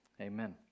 Amen